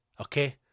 okay